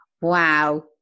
Wow